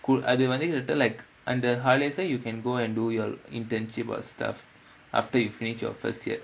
அது வந்து:athu vanthu written like அந்த:antha college lah you can go and do your internship or stuff afer you finish your year